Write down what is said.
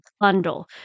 bundle